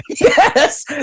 Yes